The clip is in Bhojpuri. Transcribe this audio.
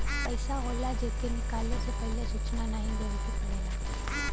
पइसा होला जे के निकाले से पहिले सूचना नाही देवे के पड़ेला